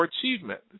achievement